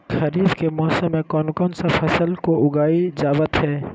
खरीफ के मौसम में कौन कौन सा फसल को उगाई जावत हैं?